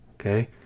okay